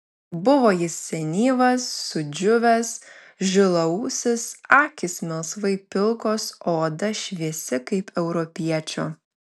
buvo jis senyvas sudžiūvęs žilaūsis akys melsvai pilkos o oda šviesi kaip europiečio